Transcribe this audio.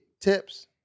tips